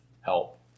help